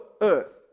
earth